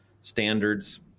standards